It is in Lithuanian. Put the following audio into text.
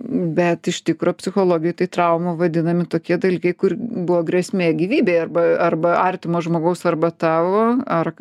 bet iš tikro psichologijoj tai trauma vadinami tokie dalykai kur buvo grėsmė gyvybei arba arba artimo žmogaus arba tavo ar